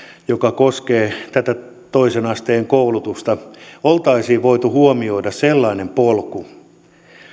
joka koskee tätä toisen asteen koulutusta oltaisiin voitu huomioida sellainen polku